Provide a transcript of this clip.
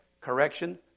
correction